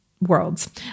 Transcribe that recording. worlds